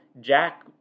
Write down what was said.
Jack